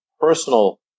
personal